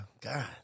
God